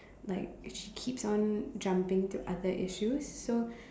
like she keeps on jumping to other issues so